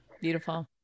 Beautiful